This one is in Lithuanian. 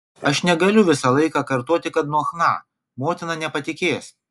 aš negaliu visą laiką kartoti kad nuo chna motina nepatikės